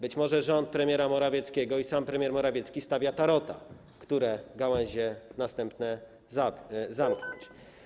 Być może rząd premiera Morawieckiego i sam premier Morawiecki stawiają tarota, które gałęzie jako następne zamknąć.